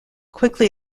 quickly